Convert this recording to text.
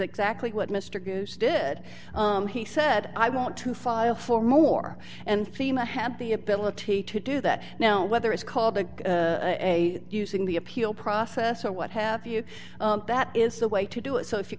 exactly what mr cruz did he said i want to file for more and fema have the ability to do that now whether it's called the using the appeal process or what have you that is the way to do it so if you